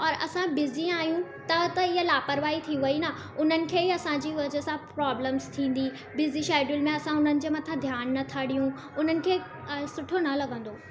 और असां बिज़ी आहियूं त त हीअ लापरवाही थी वई न उन्हनि खे ई असांजी वजह सां प्रॉब्लम्स थींदी बिज़ी शेड्यूल में असां उन्हनि जे मथां ध्यानु न था ॾियूं उन्हनि खे सुठो न लॻंदो